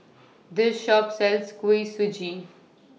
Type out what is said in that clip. This Shop sells Kuih Suji